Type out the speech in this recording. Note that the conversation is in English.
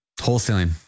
wholesaling